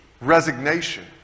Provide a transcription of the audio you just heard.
resignation